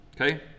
okay